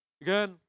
Again